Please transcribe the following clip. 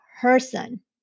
person